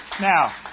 Now